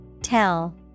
Tell